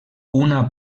una